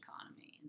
economy